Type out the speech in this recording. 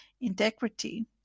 integrity